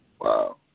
Wow